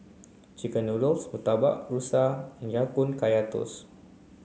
chicken noodles Murtabak Rusa and Ya Kun Kaya Toast